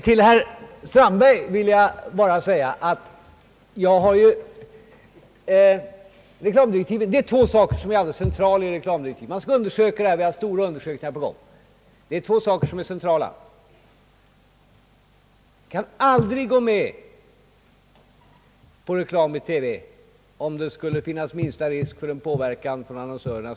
Till herr Strandberg vill jag bara säga, att två saker är centrala i reklamdirektiven. För det första kan vi aldrig gå med på reklam i TV, om det skulle finnas minsta risk för en påverkan på programmen från annonsörerna.